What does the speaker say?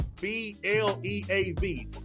B-L-E-A-V